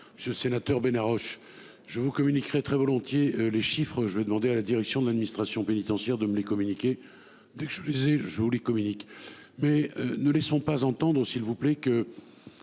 sénateurs, ce sénateur ben Haroche. Je vous communiquerai très volontiers les chiffres, je vais demander à la direction de l'administration pénitentiaire de me les communiquer. Dès que je excuser je voulais communique mais ne laissons pas entendre ou s'il vous plaît que.